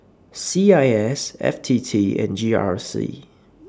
C I S F T T and G R C